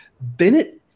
Bennett